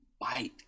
bite